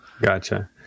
Gotcha